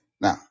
Now